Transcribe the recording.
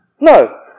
No